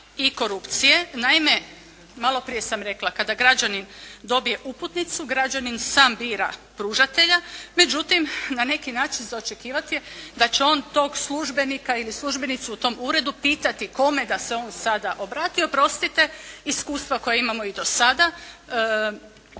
i korupcije. Naime, maloprije sam rekla, kada građanin dobije uputnicu, građanin sam bira pružatelja, međutim na neki način za očekivati je da će on tog službenika ili službenicu u tom uredu pitati kome da se on sada obrati, oprostite iskustva koja imamo i do sada